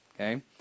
Okay